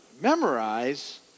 memorize